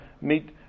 meet